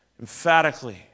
emphatically